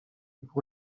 pour